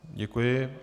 Děkuji.